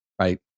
right